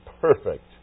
perfect